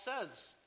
says